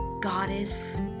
goddess